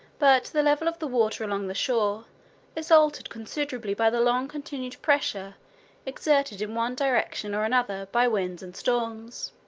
but the level of the water along the shores is altered considerably by the long-continued pressure exerted in one direction or another by winds and storms.